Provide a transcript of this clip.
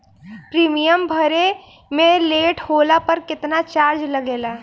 Premium भरे मे late होला पर केतना चार्ज लागेला?